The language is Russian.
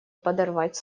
подорвать